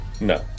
No